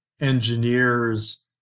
engineers